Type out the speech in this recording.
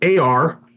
AR